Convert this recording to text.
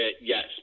Yes